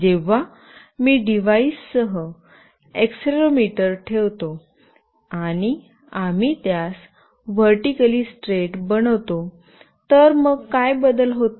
जेव्हा मी डिव्हाइससह एक्सेलेरोमीटर ठेवतो आणि आम्ही त्यास व्हर्टीकली स्ट्रेट बनवितो तर मग काय बदल होते